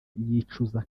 yicuza